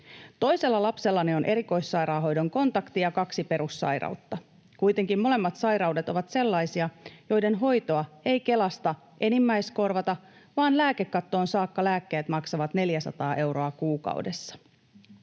Toisella lapsellani on erikoissairaanhoidon kontakti ja kaksi perussairautta. Kuitenkin molemmat sairaudet ovat sellaisia, joiden hoitoa ei Kelasta enimmäiskorvata, vaan lääkekattoon saakka lääkkeet maksavat 400 euroa kuukaudessa.